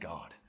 God